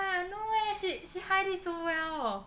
no eh she she hide it so well